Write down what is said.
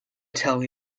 tell